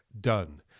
done